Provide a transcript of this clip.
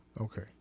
okay